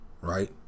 right